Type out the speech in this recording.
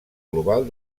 global